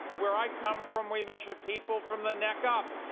where i come from, we measure people from the neck up.